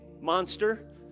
monster